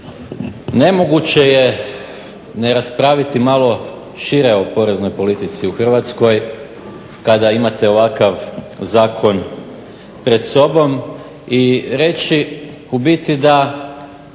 Nemoguće je ne raspraviti malo šire o porezu u Republici Hrvatskoj kada imate ovakav zakon pred sobom i reći u biti da